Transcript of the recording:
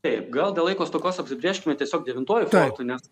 taip gal dėl laiko stokos apsibrėžkime tiesiog devintuoju fortu nes